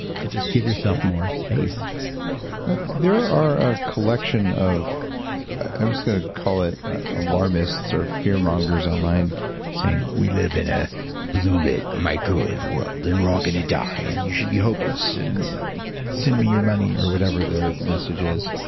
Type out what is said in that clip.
to just give yourself more space there are a collection of i'm just going to call it alarmists, or fear mongers online saying, we live in a blue lit microwave world, and we're all going to die and you should be hopeless, and send me your money, or whatever their message is.